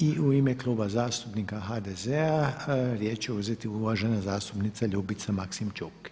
I u ime Kluba zastupnika HDZ-a riječ će uzeti uvažena zastupnica Ljubica Maksimčuk.